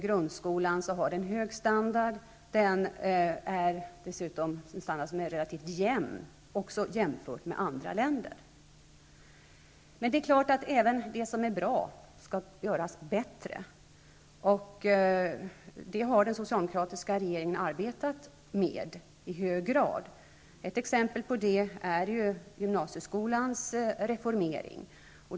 Grundskolan har hög standard, och det är dessutom en standard som är relativt jämn, också jämfört med andra länder. Men det är klart att även det som är bra skall göras bättre. Det har den socialdemokratiska regeringen i hög grad arbetat med. Ett exempel på det är ju gymnasieskolans reformering.